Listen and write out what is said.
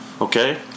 okay